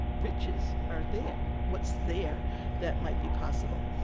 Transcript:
riches are there? what's there that might be possible?